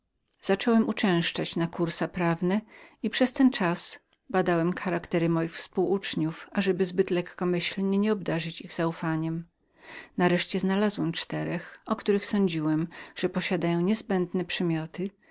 zacząłem uczęszczać na kursa prawne i przez ten czas badałem charaktery moich spółuczniów ażeby zbyt lekkomyślnie nie zmarnować zaufania nareszcie znalazłem czterech o których sądziłem że posiadali żądane przymioty